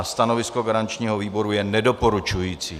Stanovisko garančního výboru je nedoporučující.